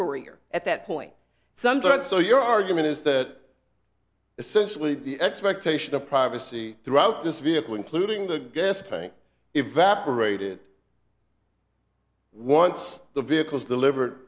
career at that point some time so your argument is that essentially the expectation of privacy throughout this vehicle including the gas tank evaporated once the vehicles delivered